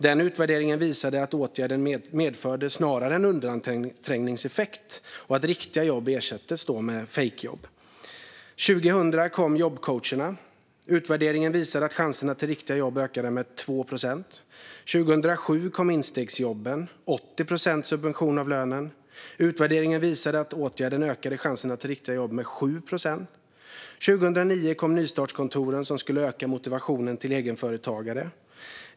Den utvärderingen visade att åtgärden snarare medförde en undanträngningseffekt och att riktiga jobb då ersattes med fejkjobb. År 2000 kom jobbcoacherna. Utvärderingen visade att chanserna till riktiga jobb ökade med 2 procent. År 2007 kom instegsjobben. Det var en subvention av lönen med 80 procent. Utvärderingen visade att åtgärden ökade chanserna till riktiga jobb med 7 procent. År 2009 kom nystartskontoren som skulle öka motivationen för egenföretagare.